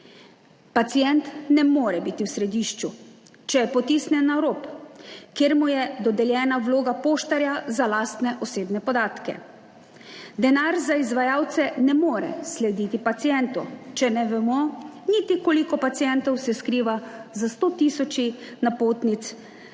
Pacient ne more biti v središču, če je potisnjen na rob, kjer mu je dodeljena vloga poštarja za lastne osebne podatke. Denar za izvajalce ne more slediti pacientu, če ne vemo niti, koliko pacientov se skriva za sto tisoči napotnic